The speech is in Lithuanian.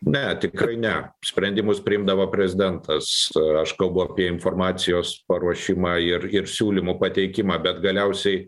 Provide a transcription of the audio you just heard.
ne tikrai ne sprendimus priimdavo prezidentas aš kalbu apie informacijos paruošimą ir ir siūlymų pateikimą bet galiausiai